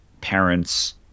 parents